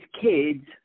kids